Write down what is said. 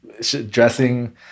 Dressing